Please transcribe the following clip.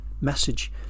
message